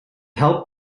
help